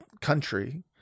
country